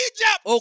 Egypt